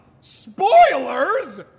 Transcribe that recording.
Spoilers